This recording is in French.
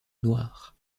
noire